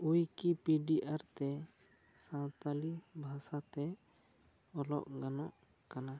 Wikipedia ᱛᱮ ᱥᱟᱱᱛᱟᱲᱤ ᱵᱷᱟᱥᱟ ᱛᱮ ᱚᱞᱚᱜ ᱜᱟᱱᱚᱜ ᱠᱟᱱᱟ